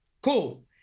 Cool